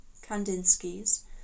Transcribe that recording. Kandinsky's